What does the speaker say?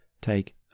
take